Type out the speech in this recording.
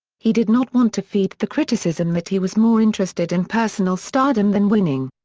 he did not want to feed the criticism that he was more interested in personal stardom than winning.